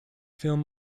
film